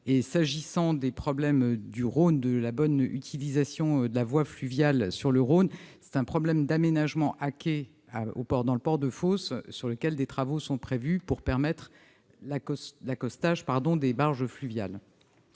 J'en viens à la question de la bonne utilisation de la voie fluviale sur le Rhône. Il s'agit d'un problème d'aménagement à quai dans le port de Fos, sur lequel des travaux sont prévus pour permettre l'accostage des barges fluviales.